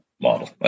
model